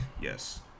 yes